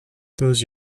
those